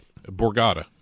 Borgata